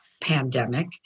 pandemic